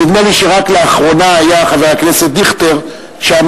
נדמה לי שרק לאחרונה היה חבר הכנסת דיכטר שם,